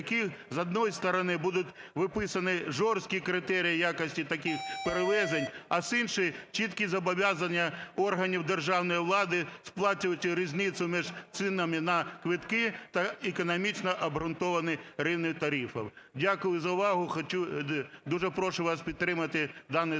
Дякую за увагу. Дуже прошу вас підтримати даний